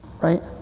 right